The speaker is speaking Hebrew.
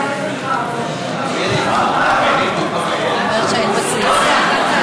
גם גברים, גם יועצים משפטיים, גם מקבלי